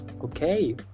okay